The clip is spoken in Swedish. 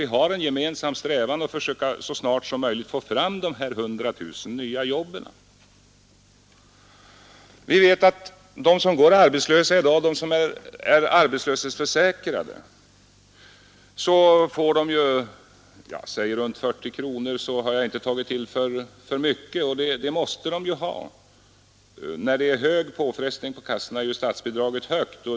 Vi har en gemensam strävan att så snart som möjligt få fram dessa 100 000 nya jobb. De som i dag går arbetslösa och är arbetslöshetsförsäkrade får ersättning. Jag säger 40 kronor per dag, så har jag inte tagit till för mycket. Det måste de ju ha. När det är hög påfrestning på kassorna är statsbidraget högt.